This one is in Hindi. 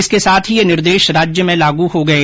इसके साथ ही ये निर्देश राज्य में लागू हो गये